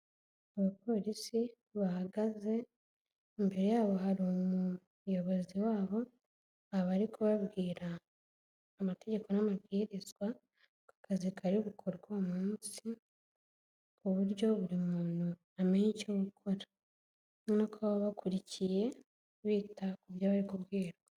Abapolisi bahagaze imbere yabo hari umuyobozi wabo aba ari kubabwira amategeko n'amabwizwa ku kazi kari bukorwe uwo munsi, ku buryo buri muntu amenya icyo gukora. Urabona ko baba bakurikiye bita ku byo bari kubwirwa.